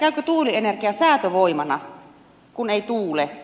käykö tuulienergia säätövoimana kun ei tuule